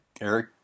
Eric